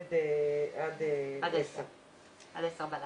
עובד עד 10:00 בלילה.